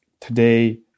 today